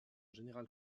général